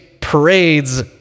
parades